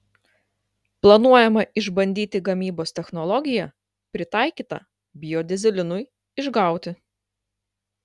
planuojama išbandyti gamybos technologiją pritaikytą biodyzelinui išgauti